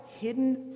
hidden